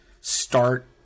start